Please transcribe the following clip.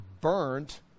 burnt